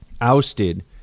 ousted